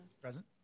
Present